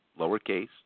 lowercase